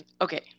okay